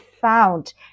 found